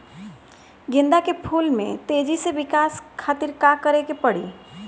गेंदा के फूल में तेजी से विकास खातिर का करे के पड़ी?